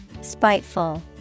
Spiteful